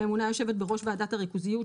הממונה יושבת בראש ועדת הריכוזיות,